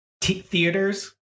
Theaters